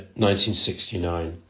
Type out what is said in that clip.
1969